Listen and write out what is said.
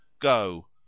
Go